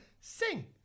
sing